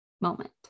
moment